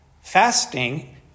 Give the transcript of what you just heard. Fasting